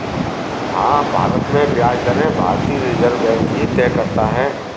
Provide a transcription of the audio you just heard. हाँ, भारत में ब्याज दरें भारतीय रिज़र्व बैंक ही तय करता है